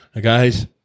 guys